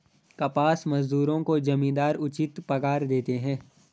कपास मजदूरों को जमींदार उचित पगार देते हैं